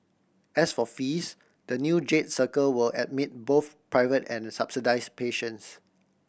as for fees the new Jade Circle will admit both private and subsidise patients